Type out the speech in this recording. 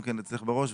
גם כן אצלך בראש,